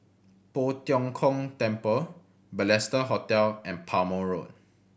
Poh Tiong Kiong Temple Balestier Hotel and Palmer Road